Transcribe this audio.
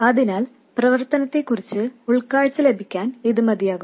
അതിനാൽ പ്രവർത്തനത്തെക്കുറിച്ച് ഉൾക്കാഴ്ച ലഭിക്കാൻ ഇത് മതിയാകും